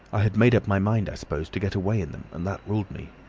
i had made up my mind, i suppose, to get away in them, and that ruled me.